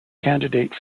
candidate